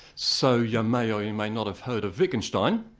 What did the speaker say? so you um may or you may not have heard of wittgenstein,